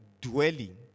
dwelling